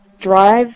drive